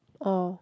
oh